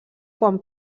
quan